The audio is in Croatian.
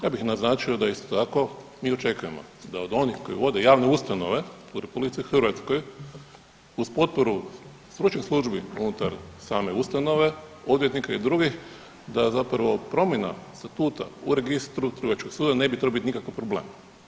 Ja bih naznačio da isto tako mi očekujemo da onih koji vode javne ustanove u RH uz potporu stručnih službi unutar same ustanove, odvjetnika i drugih da zapravo promjena statuta u registru Trgovačkog suda ne bi trebao biti nikakav problem.